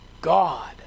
God